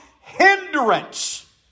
hindrance